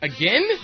Again